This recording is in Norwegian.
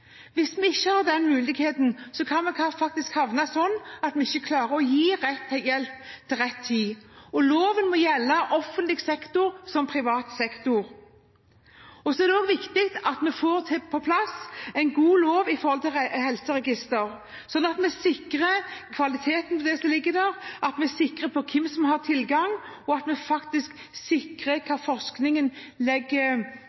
Hvis vi ikke har den muligheten, kan det faktisk ende med at vi ikke klarer å gi rett hjelp til rett tid. Loven må gjelde offentlig sektor som privat sektor. Det er også viktig at vi får på plass en god helseregisterlov, sånn at vi sikrer kvaliteten på det som ligger der, hvem som har tilgang, og